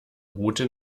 route